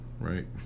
right